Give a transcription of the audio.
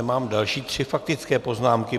Mám další tři faktické poznámky.